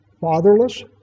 fatherless